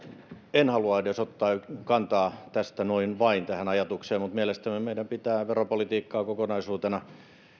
en halua edes ottaa kantaa tästä noin vain tähän ajatukseen mutta mielestäni meidän pitää veropolitiikkaa kokonaisuutena